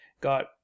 got